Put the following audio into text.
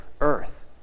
earth